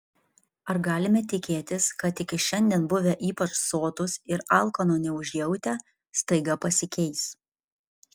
ar galime tikėtis kad iki šiandien buvę ypač sotūs ir alkano neužjautę staiga pasikeis